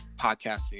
podcasting